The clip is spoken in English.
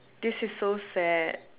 this is so sad